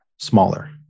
smaller